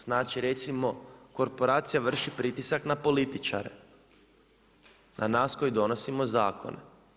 Znači recimo korporacija vrši pritisak na političare, na nas koji donosimo zakone.